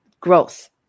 growth